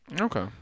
Okay